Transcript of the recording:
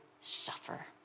suffer